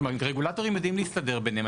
הרגולטורים יודעים להסתדר ביניהם,